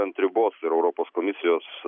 ant ribos ir europos komisijos